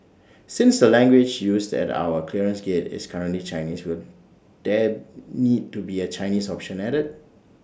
since the language used at our clearance gates is currently Chinese will there need to be A Chinese option added